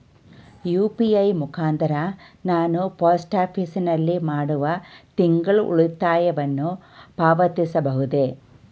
UPI ಮುಖಾಂತರ ನಾನು post office ನಲ್ಲಿ ಮಾಡುವ ತಿಂಗಳ ಉಳಿತಾಯವನ್ನು ಪಾವತಿಸಬಹುದೇ?